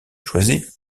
choisit